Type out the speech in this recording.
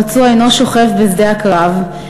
הפצוע אינו שוכב בשדה קרב,